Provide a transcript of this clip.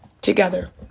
together